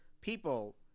people